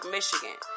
Michigan